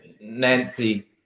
Nancy